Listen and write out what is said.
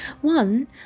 One